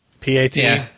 P-A-T